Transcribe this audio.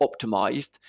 optimized